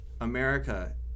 America